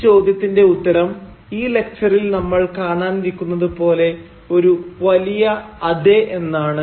ഈ ചോദ്യത്തിന്റെ ഉത്തരം ഈ ലക്ച്ചറിൽ നമ്മൾ കാണാനിരിക്കുന്നത് പോലെ ഒരു വലിയ അതെ എന്നാണ്